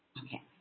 Okay